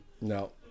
No